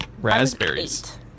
Raspberries